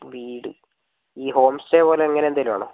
വീട് ഈ home stay പോലെ അങ്ങനെ എന്തെങ്കിലും ആണോ